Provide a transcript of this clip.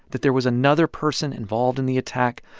that there was another person involved in the attack,